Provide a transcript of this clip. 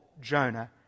Jonah